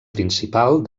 principal